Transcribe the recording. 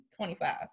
25